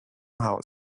house